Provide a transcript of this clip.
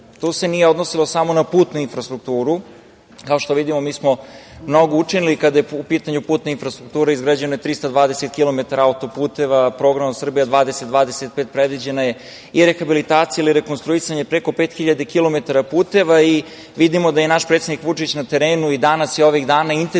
To se nije odnosilo samo na putnu infrastrukturu. Kao što vidimo, mi smo mnogo učinili kada je u pitanju putna infrastruktura. Izgrađeno je 320 kilometara auto-puteva, Programom "Srbija 2025" predviđena je i rehabilitacija ili rekonstruisanje preko 5.000 kilometara puteva i vidimo da je i naš predsednik Vučić na terenu i danas i ovih dana, intenzivno